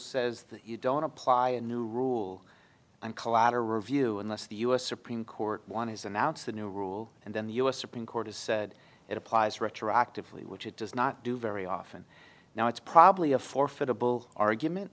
says you don't apply a new rule and collateral review unless the u s supreme court one has announced a new rule and then the u s supreme court has said it applies retroactively which it does not do very often now it's probably a forfeit a bull argument